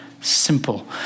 simple